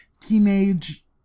teenage